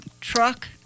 truck